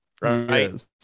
right